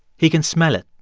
he can smell it.